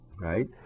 right